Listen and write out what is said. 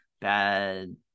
bad –